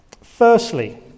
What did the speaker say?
Firstly